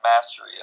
mastery